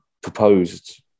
proposed